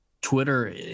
Twitter